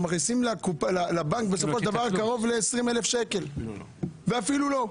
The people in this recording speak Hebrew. אנחנו מכניסים לבנק בסופו של דבר קרוב ל-20,000 שקל ואפילו לא,